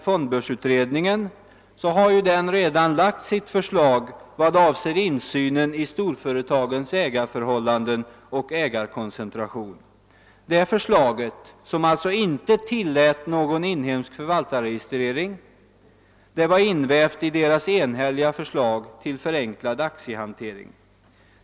Fondbörsutredningen har redan lagt fram sitt förslag i vad avser insyn i storföretagens ägarförhållanden och ägarkoncentrationen. Det förslaget, som alltså inte tillät någon inhemsk förvaltarregistrering, var invävt i utredningens enhälliga förslag till förenklad aktiehantering.